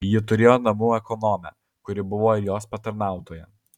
ji turėjo namų ekonomę kuri buvo ir jos patarnautoja